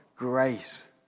Grace